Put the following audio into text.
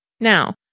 Now